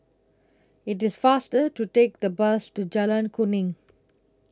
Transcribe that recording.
IT IS faster to Take The Bus to Jalan Kuning